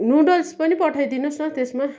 noodles पनि पठाइदिनुहोस् न त्यसमा